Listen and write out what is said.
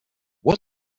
what